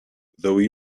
though